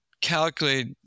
calculate